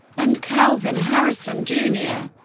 and kelvin harrison jr.